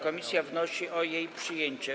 Komisja wnosi o jej przyjęcie.